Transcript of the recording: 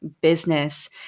business